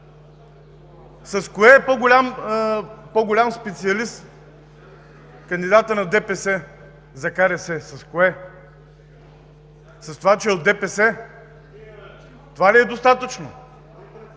С кое е по-голям специалист кандидатът на ДПС за КРС? С това, че е от ДПС? Това ли е достатъчно?